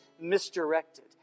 misdirected